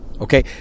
Okay